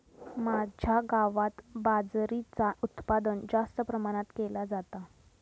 माझ्या गावात बाजरीचा उत्पादन जास्त प्रमाणात केला जाता